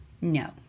no